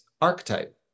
archetype